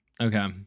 Okay